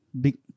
Big